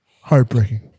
Heartbreaking